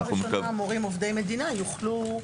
פעם ראשונה מורים עובדי מדינה יוכלו,